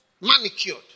manicured